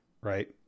right